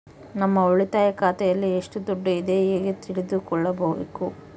ನಮ್ಮ ಉಳಿತಾಯ ಖಾತೆಯಲ್ಲಿ ಎಷ್ಟು ದುಡ್ಡು ಇದೆ ಹೇಗೆ ತಿಳಿದುಕೊಳ್ಳಬೇಕು?